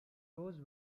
rose